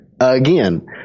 again